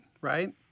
right